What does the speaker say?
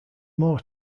more